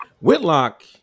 Whitlock